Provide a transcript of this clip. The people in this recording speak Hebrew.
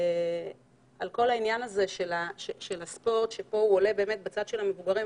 עניין הספורט עולה כאן מהצד של המבוגרים,